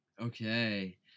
okay